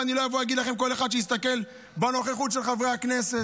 ואני לא אבוא להגיד לכם שכל אחד יסתכל בנוכחות של חברי הכנסת.